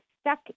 stuck